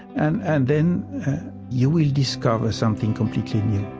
and and then you will discover something completely new